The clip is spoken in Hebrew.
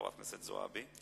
חברת הכנסת זועבי.